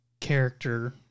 character